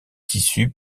tissu